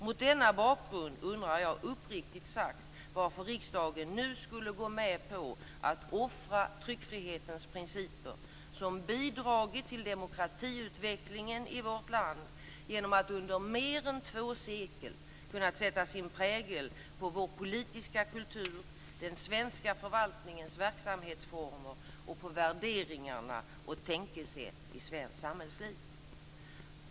Mot denna bakgrund undrar jag uppriktigt sagt varför riksdagen nu skulle gå med på att offra tryckfrihetens principer, som bidragit till demokratiutvecklingen i vårt land genom att under mer än två sekel kunnat sätta sin prägel på vår politiska kultur, den svenska förvaltningens verksamhetsformer och på värderingarna och tänkesätt i svenskt samhällsliv.